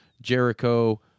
jericho